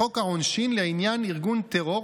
לחוק העונשין לעניין ארגון טרור,